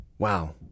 Wow